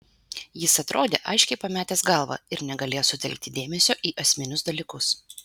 jis atrodė aiškiai pametęs galvą ir negalėjo sutelkti dėmesio į esminius dalykus